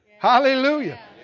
Hallelujah